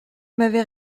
m’avez